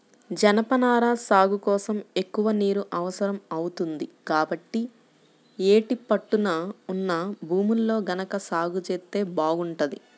జనపనార సాగు కోసం ఎక్కువ నీరు అవసరం అవుతుంది, కాబట్టి యేటి పట్టున ఉన్న భూముల్లో గనక సాగు జేత్తే బాగుంటది